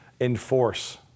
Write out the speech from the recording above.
enforce